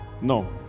no